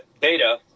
Beta